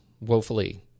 woefully